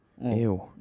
Ew